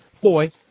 Boy